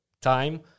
time